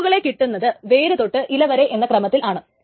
ലോക്കുകൾ കിട്ടുന്നത് വേരു തൊട്ട് ഇല വരെ എന്ന ക്രമത്തിലാണ്